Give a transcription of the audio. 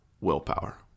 willpower